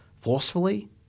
forcefully